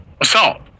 assault